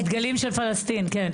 דגלים של פלסטין, כן.